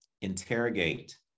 interrogate